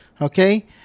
okay